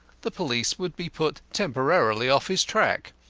the police would be put temporarily off his track.